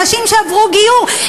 נשים שעברו גיור,